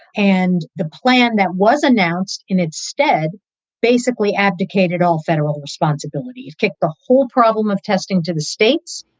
and the plan that was announced in its stead basically abdicated all federal responsibilities, kicked the whole problem of testing to the states.